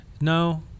no